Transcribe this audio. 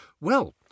Well